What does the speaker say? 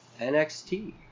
NXT